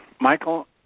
Michael